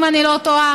אם אני לא טועה.